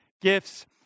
gifts